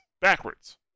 backwards